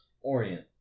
Orient